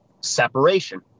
separation